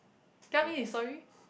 tell me his story